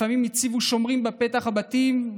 לפעמים הציבו שומרים בפתח הבתים,